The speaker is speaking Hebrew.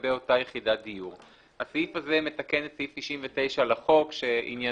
לגבי אותה יחידת דיור." הסעיף הזה מתקן את סעיף 99 לחוק שעניינו